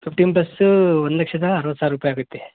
fifteen plus ಒಂದು ಲಕ್ಷದ ಅರ್ವತ್ತು ಸಾವ್ರ ರೂಪಾಯಿ ಆಗುತ್ತೆ